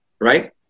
right